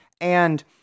and-